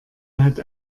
hat